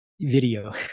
video